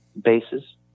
bases